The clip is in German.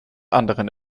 anderen